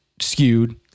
skewed